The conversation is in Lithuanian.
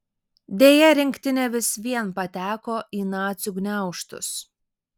deja rinktinė vis vien pateko į nacių gniaužtus